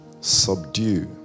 Subdue